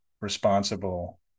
responsible